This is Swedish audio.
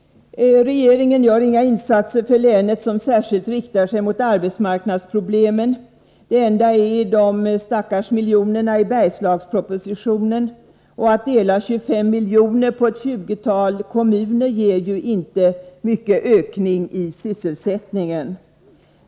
Regeringen gör inga insatser som särskilt riktar sig mot arbetsmarknadsproblemen. Det enda är de stackars miljonerna i Bergslagspropositionen. Att dela 25 miljoner på ett 20-tal kommuner ger ju inte mycket ökning i sysselsättning.